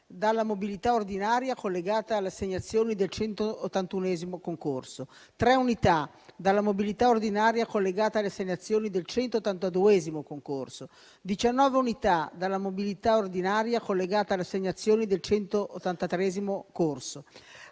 dalla mobilità ordinaria collegata alle assegnazioni del 181° corso; 3 unità dalla mobilità ordinaria collegata alle assegnazioni del 182° corso; 19 unità dalla mobilità ordinaria collegata alle assegnazioni del 183° corso.